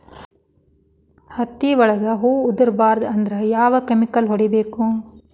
ಹತ್ತಿ ಒಳಗ ಹೂವು ಉದುರ್ ಬಾರದು ಅಂದ್ರ ಯಾವ ಕೆಮಿಕಲ್ ಹೊಡಿಬೇಕು?